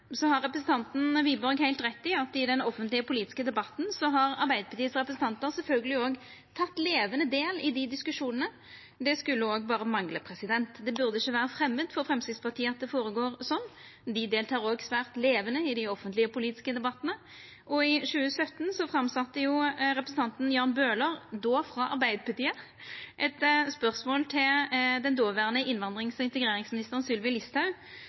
Så har representanten Wiborg heilt rett i at i den offentlege politiske debatten har Arbeidarpartiets representantar sjølvsagt òg teke levande del i dei diskusjonane. Det skulle berre mangla. Det burde ikkje vera framandt for Framstegspartiet at det føregår sånn. Dei deltek òg svært levande i dei offentlege politiske debattane. I 2017 stilte representanten Jan Bøhler – då frå Arbeidarpartiet – eit spørsmål til den dåverande innvandrings- og integreringsministeren, Sylvi Listhaug,